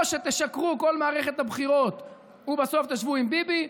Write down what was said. או שתשקרו כל מערכת הבחירות ובסוף תשבו עם ביבי,